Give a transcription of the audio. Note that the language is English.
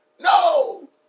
no